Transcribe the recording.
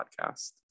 Podcast